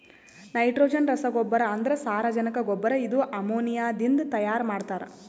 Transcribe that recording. nitrogen ರಸಗೊಬ್ಬರ ಅಂದ್ರ ಸಾರಜನಕ ಗೊಬ್ಬರ ಇದು ಅಮೋನಿಯಾದಿಂದ ತೈಯಾರ ಮಾಡ್ತಾರ್